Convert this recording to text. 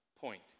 point